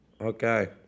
Okay